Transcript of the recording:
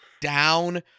down